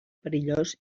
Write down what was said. perillós